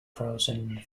frozen